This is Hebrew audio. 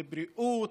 לבריאות,